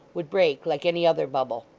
would break like any other bubble.